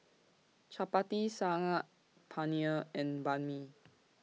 Chapati Saag Paneer and Banh MI